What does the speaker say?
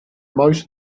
most